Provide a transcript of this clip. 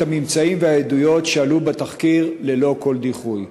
הממצאים והעדויות שעלו בתחקיר ללא כל דיחוי.